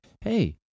hey